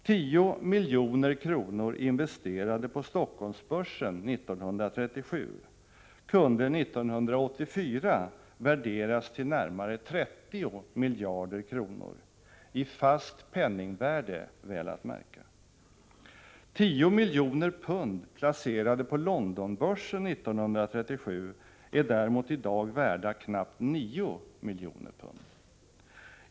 10 milj.kr. investerade på Stockholmsbörsen 1937 kunde 1984 värderas till närmare 30 milj.kr. — i fast penningvärde väl att märka. 10 miljoner pund placerade på Londonbörsen 1937 är däremot i dag värda knappt 9 miljoner pund.